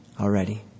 already